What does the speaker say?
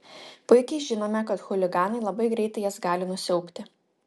puikiai žinome kad chuliganai labai greitai jas gali nusiaubti